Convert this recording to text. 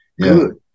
good